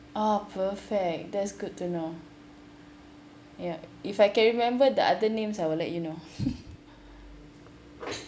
oh perfect that's good to know ya if I can remember the other names I will let you know